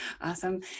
Awesome